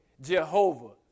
Jehovah